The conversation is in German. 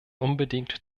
unbedingt